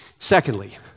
Secondly